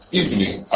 evening